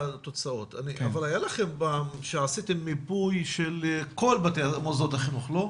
עשיתם פעם מיפוי של כל מוסדות החינוך, לא?